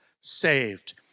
saved